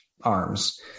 arms